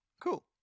Cool